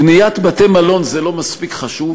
בניית בתי-מלון זה לא מספיק חשוב?